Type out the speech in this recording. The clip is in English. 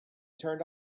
turned